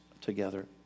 together